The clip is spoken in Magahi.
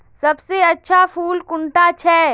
सबसे अच्छा फुल कुंडा छै?